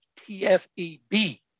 TFEB